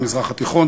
המזרח התיכון,